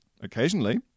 Occasionally